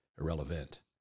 Irrelevant